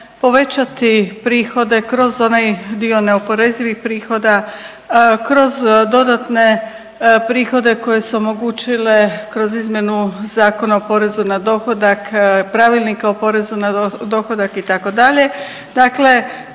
povećati prihode kroz onaj dio neoporezivih prihoda, kroz dodatne prihode koje su omogućile kroz izmjenu Zakona o porezu na dohodak, pravilnika o porezu na dohodak itd.